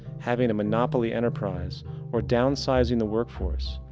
having a monopoly enterprise or downsizing the workforce,